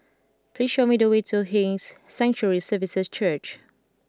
please show me the way to His Sanctuary Services Church